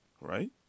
right